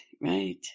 right